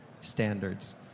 standards